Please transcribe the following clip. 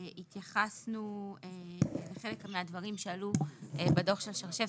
התייחסנו לחלק מהדברים שעלו בדוח של שרשבסקי.